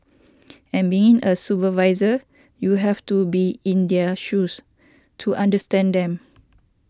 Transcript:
and being a supervisor you have to be in their shoes to understand them